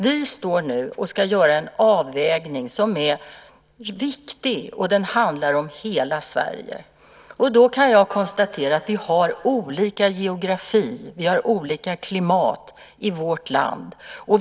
Vi står nu inför att göra en avvägning som är viktig och som handlar om hela Sverige. Då kan jag konstatera att vi har olika geografi och olika klimat i olika delar av vårt land.